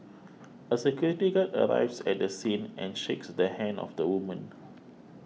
a security guard arrives at the scene and shakes the hand of the woman